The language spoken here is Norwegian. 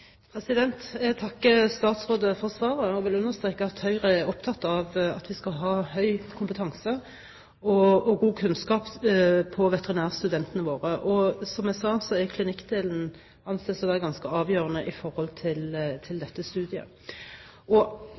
Jeg takker statsråden for svaret. Jeg vil understreke at Høyre er opptatt av at veterinærstudentene våre skal ha høy kompetanse og god kunnskap. Og, som jeg sa, klinikkdelen anses å være ganske avgjørende i